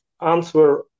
answer